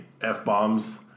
F-bombs